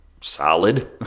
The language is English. solid